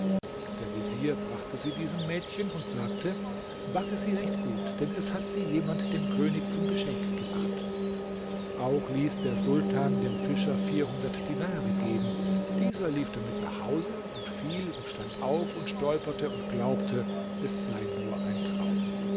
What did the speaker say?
der vezier brachte sie diesem mädchen und sagte backe sie recht gut denn es hat sie jemand dem könig zum geschenk gemacht auch ließ der sultan dem fischer dinare geben dieser lief damit nach hause und fiel und stand auf und stolperte und glaubte es sei nur ein traum